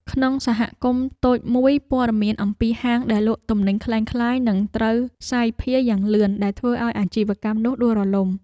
ក្នុងសហគមន៍តូចមួយ ព័ត៌មានអំពីហាងដែលលក់ទំនិញក្លែងក្លាយនឹងត្រូវសាយភាយយ៉ាងលឿនដែលធ្វើឱ្យអាជីវកម្មនោះដួលរលំ។